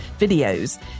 videos